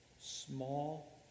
Small